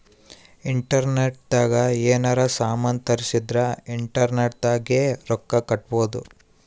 internet ದಾಗ ಯೆನಾರ ಸಾಮನ್ ತರ್ಸಿದರ ಇಂಟರ್ನೆಟ್ ದಾಗೆ ರೊಕ್ಕ ಕಟ್ಬೋದು